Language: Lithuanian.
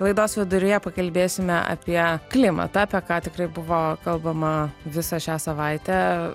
laidos viduryje pakalbėsime apie klimatą apie ką tikrai buvo kalbama visą šią savaitę